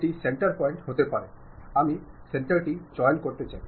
এটি centre point হতে পারে আমি সেন্টারটি চয়ন করতে চাই